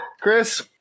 Chris